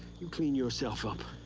you clean yourself up.